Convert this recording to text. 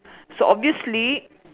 so obviously